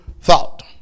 thought